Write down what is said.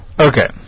Okay